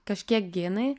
kažkiek genai